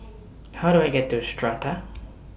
How Do I get to Strata